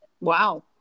Wow